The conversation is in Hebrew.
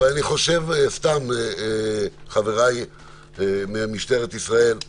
אני חושב סתם, חבריי ממשטרת ישראל,